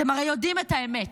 אתם הרי יודעים את האמת,